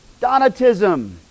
Donatism